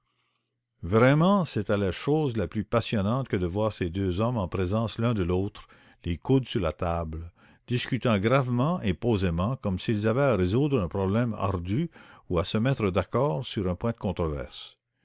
vraiment c'était la chose la plus passionnante que de voir ces deux hommes en présence les coudes sur la table discutant gravement et posément comme s'ils avaient à résoudre un problème ardu ou à se mettre d'accord sur un point de